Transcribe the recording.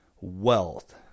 wealth